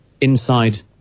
inside